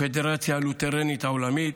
הפדרציה הלותרנית העולמית,